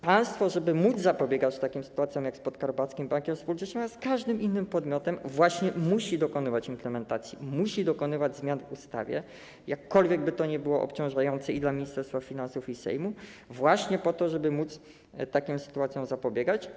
Państwo, żeby móc zapobiegać takim sytuacjom jak z Podkarpackim Bankiem Spółdzielczym, ale też z każdym innym podmiotem, właśnie musi dokonywać implementacji, musi dokonywać zmian w ustawie, jakkolwiek by to było obciążające i dla Ministerstwa Finansów, i dla Sejmu, właśnie po to, żeby móc takim sytuacjom zapobiegać.